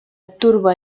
turba